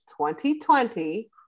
2020